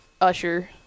Usher